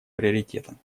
приоритетом